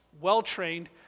well-trained